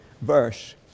verse